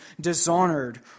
dishonored